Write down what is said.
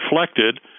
reflected